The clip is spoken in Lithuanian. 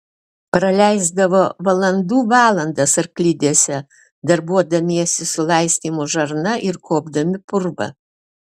praleisdavo valandų valandas arklidėse darbuodamiesi su laistymo žarna ir kuopdami purvą